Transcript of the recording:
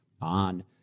on